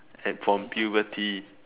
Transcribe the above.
uh from puberty